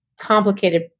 complicated